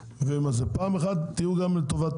פעם אחת תהיו גם לטובת